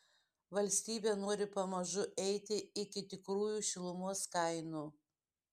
valstybė nori pamažu eiti iki tikrųjų šilumos kainų